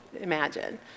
imagine